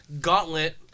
Gauntlet